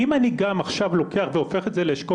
אם אני גם עכשיו בא והופך את זה לאשכול